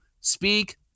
speak